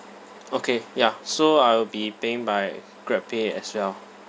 okay ya so I will be paying by Grabpay as well